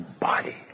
body